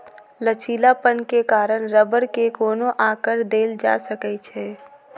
लचीलापन के कारण रबड़ के कोनो आकर देल जा सकै छै